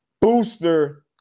booster